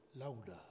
louder